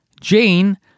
Jane